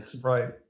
Right